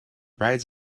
rides